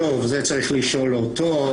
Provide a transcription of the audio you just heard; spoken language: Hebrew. את זה צריך לשאול אותו.